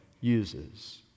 uses